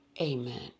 Amen